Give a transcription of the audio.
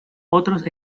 otros